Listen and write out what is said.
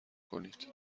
کنید